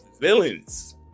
villains